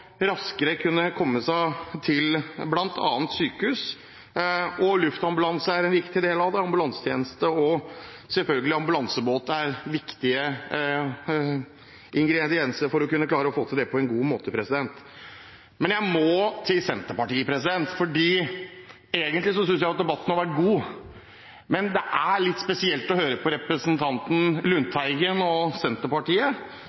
raskere å kunne komme seg til bl.a. sykehus. Luftambulansen er en viktig del av det, og selvfølgelig er ambulansetjenesten og ambulansebåtene viktige ingredienser for å få det til på en god måte. Men jeg må til Senterpartiet. Egentlig synes jeg at debatten har vært god, men det er litt spesielt å høre representanten Lundteigen og Senterpartiet, når vi vet hva Senterpartiet var med på